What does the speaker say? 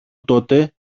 τότε